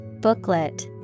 Booklet